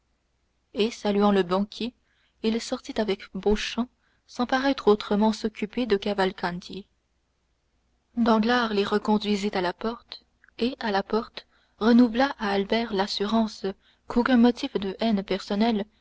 et saluant le banquier il sortit avec beauchamp sans paraître autrement s'occuper de cavalcanti danglars les reconduisit jusqu'à la porte et à la porte renouvela à albert l'assurance qu'aucun motif de haine personnel